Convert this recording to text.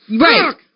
Right